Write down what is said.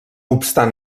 obstant